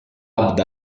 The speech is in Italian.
abd